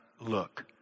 look